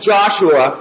Joshua